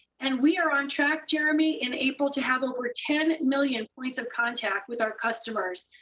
and we're on track, jeremy, in april, to have over ten million points of contact with our customers.